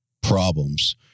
problems